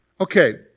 Okay